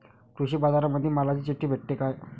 कृषीबाजारामंदी मालाची चिट्ठी भेटते काय?